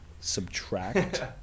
subtract